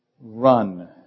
run